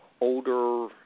older